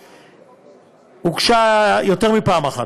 הוגשה יותר מפעם אחת,